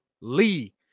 Lee